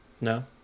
No